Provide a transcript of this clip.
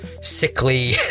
sickly